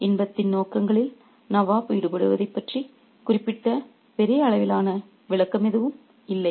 இன்பத்தின் நோக்கங்களில் நவாப் ஈடுபடுவதைப் பற்றி குறிப்பிட்ட பெரிய அளவிலான விளக்கம் எதுவும் இல்லை